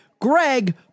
Greg